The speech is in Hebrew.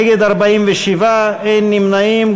אין נמנעים.